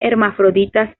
hermafroditas